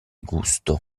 gusto